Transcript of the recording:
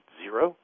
zero